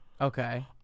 Okay